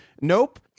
Nope